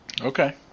Okay